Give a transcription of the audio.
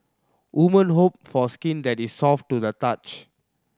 women hope for skin that is soft to the touch